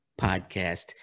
podcast